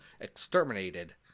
Exterminated